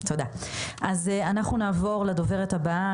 אז אנחנו נעבור לדוברת הבאה,